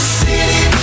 city